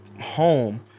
home